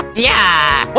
yeah!